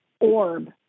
orb